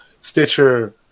Stitcher